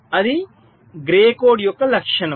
అది Gray code యొక్క లక్షణం